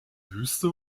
wüste